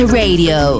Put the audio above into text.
radio